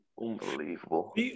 Unbelievable